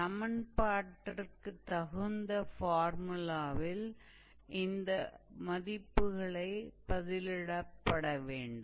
சமன்பாட்டிற்கு தகுந்த ஃபார்முலாவில் இந்த மதிப்புகளைப் பதிலிடப்பட வேண்டும்